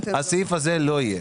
הסעיף הזה לא יהיה.